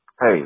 hey